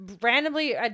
randomly